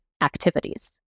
activities